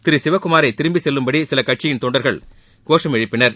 திரு சிவக்குமாரை திரும்பி செல்லும்படி சில கட்சிகளின் தொண்டர்கள் கோஷம் எழுப்பினர்